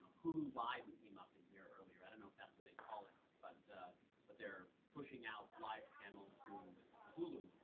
hulu live came up in here earlier. i don't know that's what they call it. but but they're pushing out live channels through hulu.